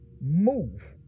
move